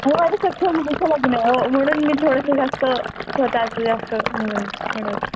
हो आता सख्ख्या मुलीचं लग्न हो म्हणून मी थोडंसं जास्त स्वतःचं जास्त म्हणून म्हणत होते